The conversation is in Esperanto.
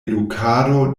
edukado